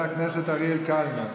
חבר הכנסת אריאל קלנר.